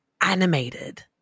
animated